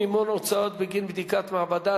מימון הוצאות בגין בדיקות מעבדה),